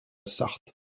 sarthe